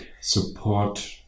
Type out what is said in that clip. support